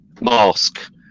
mask